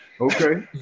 Okay